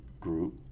group